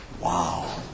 Wow